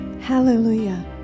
hallelujah